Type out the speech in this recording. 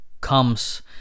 comes